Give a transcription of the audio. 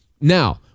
Now